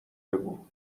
بگو